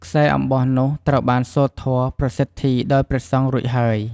ខ្សែអំបោះនោះត្រូវបានសូត្រធម៌ ប្រសិទ្ធីដោយព្រះសង្ឃរួចហើយ។